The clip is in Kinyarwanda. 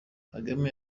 kagame